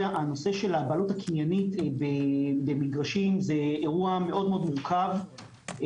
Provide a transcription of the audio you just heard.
של הבעלות הקניינית במגרשים זה אירוע מאוד-מאוד מורכב.